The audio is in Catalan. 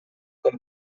com